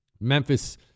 Memphis